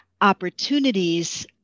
opportunities